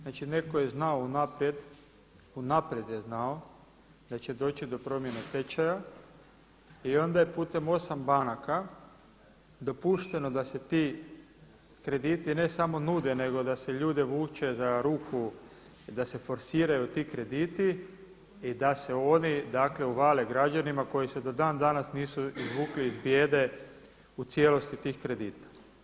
Znači netko je znao unaprijed, unaprijed je znao da će doći do promjene tečaja i onda je putem osam banaka dopušteno da se ti krediti ne samo nude, nego da se ljude vuče za ruku da se forsiraju ti krediti i da se oni uvale građanima koji se do dan danas nisu izvukli iz bijede u cijelosti tih kredita.